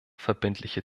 verbindliche